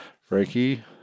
Frankie